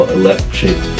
electric